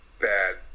bad